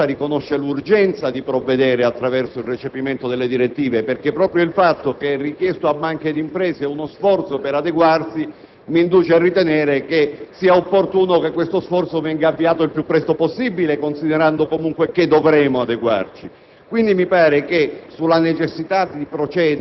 Ciò mi porta a dire che l'Assemblea, in sostanza, riconosce l'urgenza di provvedere attraverso il recepimento delle direttive: proprio il fatto che è richiesto a banche e imprese uno sforzo per adeguarsi, significa che è opportuno che questo sforzo venga avviato il più presto possibile, considerando che comunque dovremo adeguarci.